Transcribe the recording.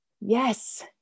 Yes